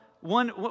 one